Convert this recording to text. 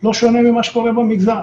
לא שונה ממה שקורה במגזר.